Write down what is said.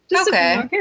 Okay